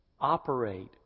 operate